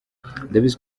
ndabizi